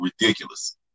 ridiculous